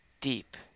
deep